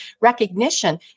recognition